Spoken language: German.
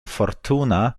fortuna